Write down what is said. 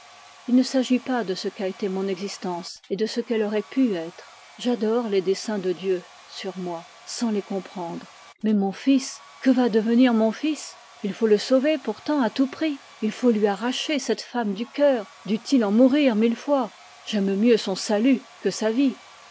il ne s'agit pas de ce qu'à été mon existence et de ce qu'elle aurait pu être j'adore les desseins de dieu sur moi sans les comprendre mais mon fils que va devenir mon fils il faut le sauver pourtant à tout prix il faut lui arracher cette femme du cœur dût-il en mourir mille fois j'aime mieux son salut que sa vie